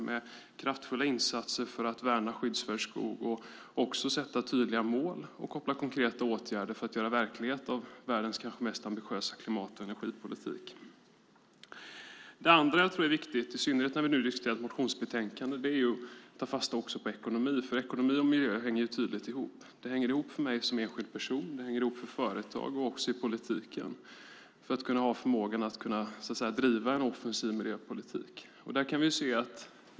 Det görs också kraftfulla insatser för att värna skyddsvärd skog och också sätta tydliga mål och koppla konkreta åtgärder för att göra verklighet av världens kanske mest ambitiösa klimat och energipolitik. Det andra som jag tror är viktigt, i synnerhet när vi nu diskuterar ett motionsbetänkande, är att ta fasta också på ekonomi. Ekonomi och miljö hänger tydligt ihop. Det hänger ihop för mig som enskild person, det hänger ihop för företag och det hänger också ihop i politiken om man ska ha förmågan att driva en offensiv miljöpolitik.